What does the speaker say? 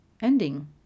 ending